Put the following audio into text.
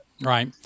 Right